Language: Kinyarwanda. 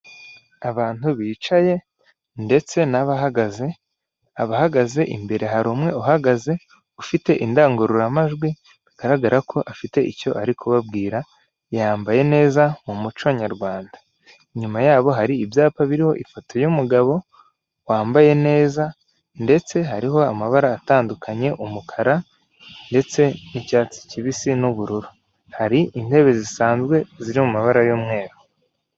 Abantu bicaye ndetse n'abahagaze ,abahagaze imbere hari umwe uhagaze ufite indangururamajwi bigaragara ko afite icyo ari kubabwira yambaye neza mu muco nyarwanda, inyuma yabo hari ibyapa biriho ifoto y'umugabo wambaye neza ndetse hariho amabara atandukanye umukara ndetse n'icyatsi kibisi n'ubururu .Hari intebe zisanzwe ziri mu mabara y'umweru.